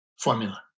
formula